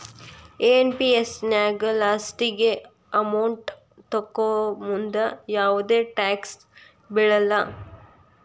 NPS ನ್ಯಾಗ ಲಾಸ್ಟಿಗಿ amount ತೊಕ್ಕೋಮುಂದ ಯಾವ್ದು ಟ್ಯಾಕ್ಸ್ ಬೇಳಲ್ಲ